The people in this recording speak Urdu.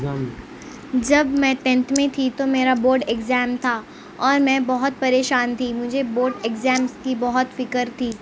جب میں ٹینتھ میں تھی تو میرا بورڈ ایگزام تھا اور میں بہت پریشان تھی مجھے بورڈ ایگزامس کی بہت فکر تھی